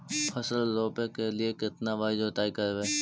फसल रोप के लिय कितना बार जोतई करबय?